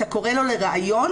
אתה קורא לו לראיון,